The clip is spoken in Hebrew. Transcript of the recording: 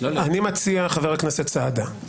חבר הכנסת סעדה,